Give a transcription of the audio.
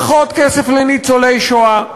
פחות כסף לניצולי שואה.